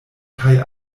kaj